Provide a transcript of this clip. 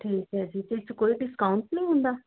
ਠੀਕ ਹੈ ਜੀ ਅਤੇ ਇਸ 'ਚ ਕੋਈ ਡਿਸਕਾਊਂਟ ਨਹੀਂ ਹੁੰਦਾ